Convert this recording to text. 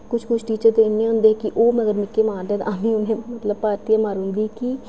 कुछ कुछ टीचर ते इन्ने होंदे हे कि ओह् मगर निक्के मारदे न अस बी उ'नेंगी परतियै मारी ओड़दे हे कि